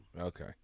Okay